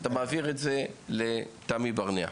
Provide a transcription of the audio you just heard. אתה מעביר את זה לתמי ברנע.